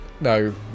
No